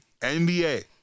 NBA